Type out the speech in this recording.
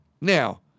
Now